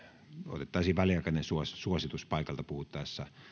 otettaisiin väliaikainen suositus suositus paikalta puhuttaessa